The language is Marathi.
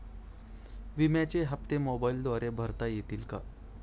विम्याचे हप्ते मोबाइलद्वारे भरता येतील का?